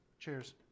Cheers